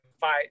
fight